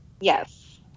Yes